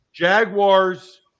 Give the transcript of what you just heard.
Jaguars